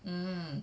mm